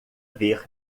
ver